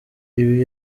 ibi